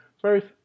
first